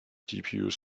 gpus